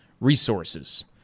resources